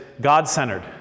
god-centered